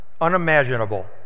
unimaginable